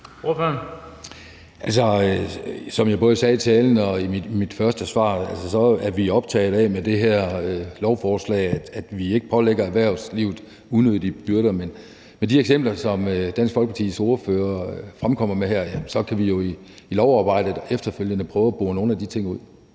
som jeg både sagde i talen og i mit første svar, er vi med det her lovforslag jo optaget af, at vi ikke pålægger erhvervslivet unødige byrder. Men i forhold til de eksempler, Dansk Folkepartis ordfører kommer med her, kan vi jo i lovarbejdet efterfølgende prøve at bore nogle af de ting ud.